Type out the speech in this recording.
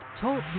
Talk